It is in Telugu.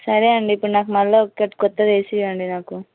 సరే అండి ఇప్పుడు నాకు మళ్ళీ ఒకటి క్రొత్తది వేసి ఇవ్వండి నాకు